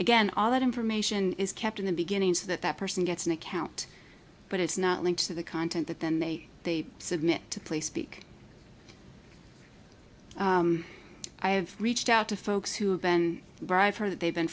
again all that information is kept in the beginning so that that person gets an account but it's not linked to the content that then they they submit to play speak i have reached out to folks who have been bribed her that they've been